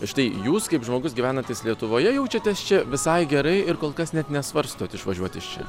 štai jūs kaip žmogus gyvenantis lietuvoje jaučiatės čia visai gerai ir kol kas net nesvarstot išvažiuot iš čia